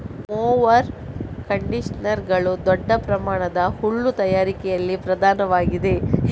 mower ಕಂಡಿಷನರುಗಳು ದೊಡ್ಡ ಪ್ರಮಾಣದ ಹುಲ್ಲು ತಯಾರಿಕೆಯಲ್ಲಿ ಪ್ರಧಾನವಾಗಿವೆ